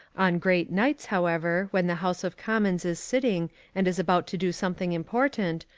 on great nights, however, when the house of commons is sitting and is about to do something important,